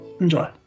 Enjoy